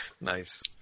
Nice